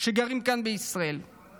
שגרות כאן בישראל,